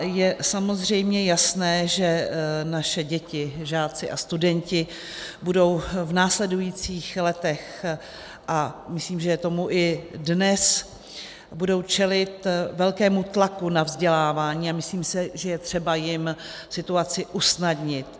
Je samozřejmě jasné, že naše děti, žáci a studenti budou v následujících letech, a myslím, že je tomu tak i dnes, budou čelit velkému tlaku na vzdělávání, a myslím si, že je třeba jim situaci usnadnit.